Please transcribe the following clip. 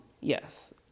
Yes